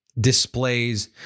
displays